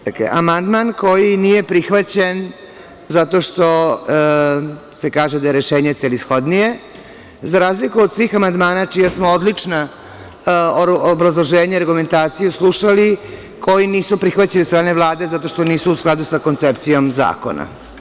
Dakle, amandman koji nije prihvaćen zato što se kaže da je rešenje celishodnije, za razliku od svih amandmana čija smo odlična obrazloženja i argumentaciju slušali, koji nisu prihvaćeni od strane Vlade zato što nisu u skladu sa koncepcijom zakona.